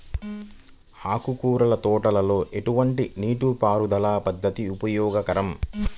ఆకుకూరల తోటలలో ఎటువంటి నీటిపారుదల పద్దతి ఉపయోగకరం?